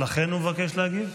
לכן הוא מבקש להגיב.